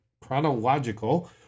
chronological